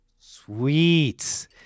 Sweet